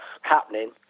happening